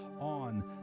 on